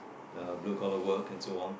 uh blue collar work and so on